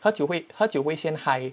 喝酒会喝酒会先 high